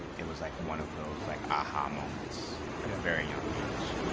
it was like one of those like aha moments at a very young age.